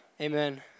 Amen